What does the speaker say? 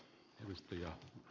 arvoisa puhemies